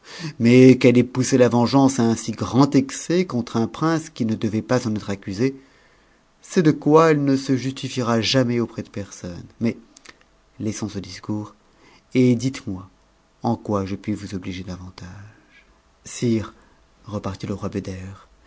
mais qu'elle ait pousse la vengeance à un si grand excès contre un prince qui ne devait pas en être accusé c'est de quoi elle ne se justifiera jamais auprès de personne mais laissons ce discours et dites-moi en quoi je puis vous obliger davantage sire repartit le